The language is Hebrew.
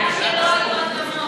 ואני אומר, הבעיה, שלא היו אדמות.